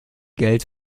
geld